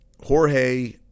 Jorge